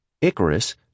Icarus